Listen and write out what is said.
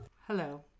Hello